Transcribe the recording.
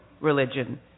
religion